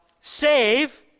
Save